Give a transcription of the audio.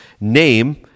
name